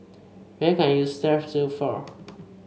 what can I use Strepsils for